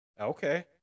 Okay